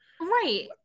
Right